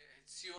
ציוני.